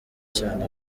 cyane